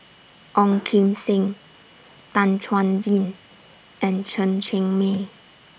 Ong Kim Seng Tan Chuan Jin and Chen Cheng Mei